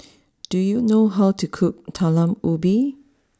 do you know how to cook Talam Ubi